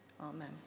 Amen